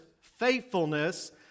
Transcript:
faithfulness